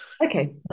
okay